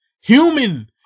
Human